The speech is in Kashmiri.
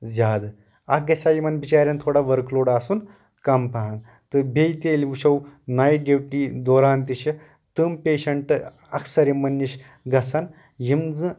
زیادٕ اکھ گژھِ ہا یِمن بچارین تھوڑا ؤرٕک لوڈ آسُن کم پہن تہٕ بیٚیہِ تہِ ییٚلہِ وٕچھو نایٹ ڈیوٹی دوران تہِ چھِ تُم پیشنٛٹ اَکثر یِمن نِش گژھان یم زن